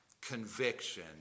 conviction